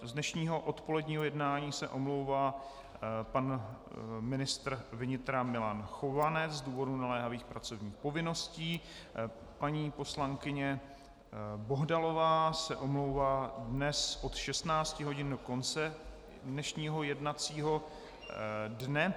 Z dnešního odpoledního jednání se omlouvá pan ministr vnitra Milan Chovanec z důvodu naléhavých pracovních povinností, paní poslankyně Bohdalová se omlouvá dnes od 16 hodin do konce dnešního jednacího dne.